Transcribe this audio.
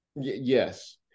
Yes